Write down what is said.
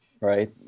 right